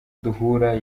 duhura